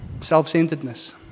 Self-centeredness